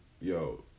Yo